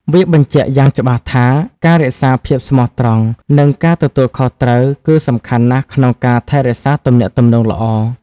វាបញ្ជាក់យ៉ាងច្បាស់ថា ការរក្សាភាពស្មោះត្រង់ និងការទទួលខុសត្រូវ គឺសំខាន់ណាស់ក្នុងការថែរក្សាទំនាក់ទំនងល្អ។